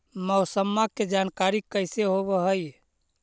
मौसमा के जानकारी कैसे होब है?